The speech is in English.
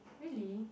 really